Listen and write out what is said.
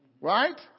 Right